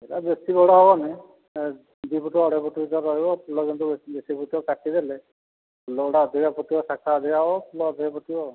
ସେରା ବେଶୀ ବଡ ହେବନି ଦୁଇ ଫୁଟ ଅଢ଼େଇ ଫୁଟ ଭିତରେ ରହିବ ଫୁଲ କିନ୍ତୁ ବେଶୀ ଫୁଟିବ କାଟିଦେଲେ ଫୁଲଗୁଡ଼ା ଅଧିକା ଫୁଟିବ ଶାଖା ଅଧିକା ହେବ ଫୁଲ ଅଧିକ ଫୁଟିବ ଆଉ